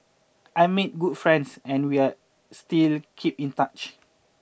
I made good friends and we are still keep in touch